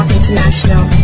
International